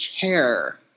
care